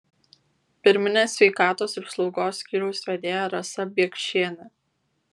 pirminės sveikatos ir slaugos skyriaus vedėja rasa biekšienė